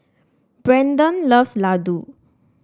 Braedon loves Ladoo